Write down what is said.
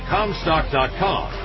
Comstock.com